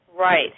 right